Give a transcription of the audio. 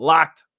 Locked